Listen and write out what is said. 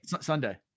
Sunday